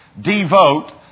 Devote